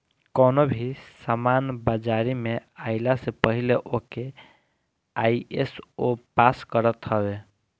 कवनो भी सामान बाजारी में आइला से पहिले ओके आई.एस.ओ पास करत हवे